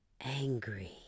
angry